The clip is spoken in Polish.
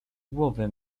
głowę